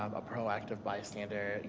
um a pro active bystander.